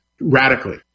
radically